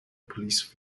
police